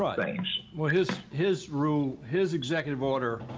ah things. well, his his rule, his executive order.